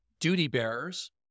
duty-bearers